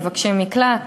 מבקשי מקלט,